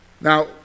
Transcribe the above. Now